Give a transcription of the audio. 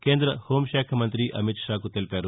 కేంద హోంశాఖ మంత్రి అమిత్షాకు తెలిపారు